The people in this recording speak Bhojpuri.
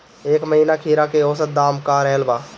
एह महीना खीरा के औसत दाम का रहल बा?